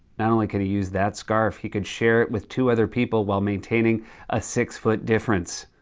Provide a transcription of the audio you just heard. not only can he use that scarf, he can share it with two other people while maintaining a six-foot difference.